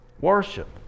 worship